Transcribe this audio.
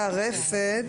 רֶפֶד